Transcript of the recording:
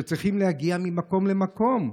שצריכים להגיע ממקום למקום.